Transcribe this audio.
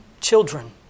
children